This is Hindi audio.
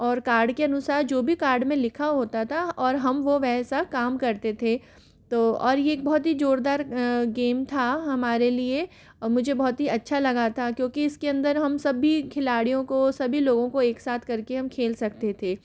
और कार्ड के अनुसार जो भी कार्ड में लिखा होता था और हम वो वैसा काम करते थे तो और ये एक बहुत ही जोरदार गेम था हमारे लिए मुझे बहुत ही अच्छा लगा था क्योंकि इसके अंदर हम सभी खिलाड़ियों को सभी लोगों को एक साथ कर के हम खेल सकते थे